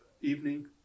evening